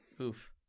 Oof